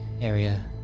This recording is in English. area